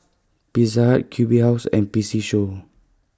Pizza Q B House and P C Show